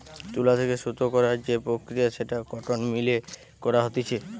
তুলো থেকে সুতো করার যে প্রক্রিয়া সেটা কটন মিল এ করা হতিছে